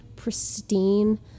pristine